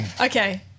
Okay